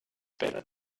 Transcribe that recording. better